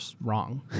wrong